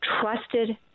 trusted